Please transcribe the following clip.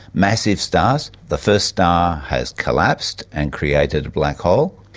massive stars, the first star has collapsed and created a black hole,